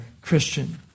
Christian